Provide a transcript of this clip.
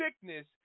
sickness